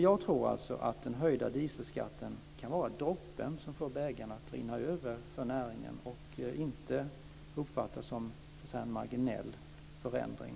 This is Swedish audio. Jag tror alltså att den höjda dieselskatten kan vara droppen som får bägaren att rinna över för näringen och att den inte uppfattas som en marginell förändring.